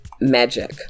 Magic